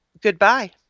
Goodbye